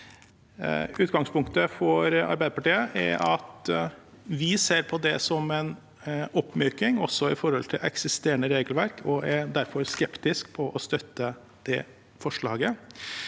Utgangspunktet for Arbeiderpartiet er at vi ser på det som en oppmyking, også i forhold til eksisterende regelverk, og vi er derfor skeptiske til å støtte det forslaget.